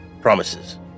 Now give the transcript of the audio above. promises